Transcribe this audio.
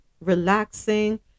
relaxing